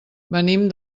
venim